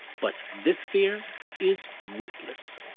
but this fear is witless.